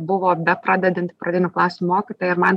buvo bepradedanti pradinių klasių mokytoja ir man